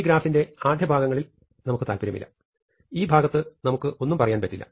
ഈ ഗ്രാഫിന്റെ ആദ്യഭാഗത്തിൽ നമുക്ക് താത്പര്യമില്ല ഈ ഭാഗത്ത് നമുക്ക് ഒന്നും പറയാൻ പറ്റില്ല